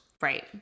Right